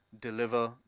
deliver